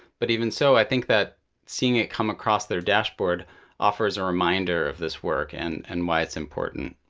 but even so, i think that seeing it come across their dashboard offers a reminder of this work and and why it's important.